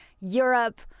Europe